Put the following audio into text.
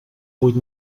vuit